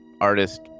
Artist